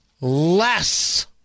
less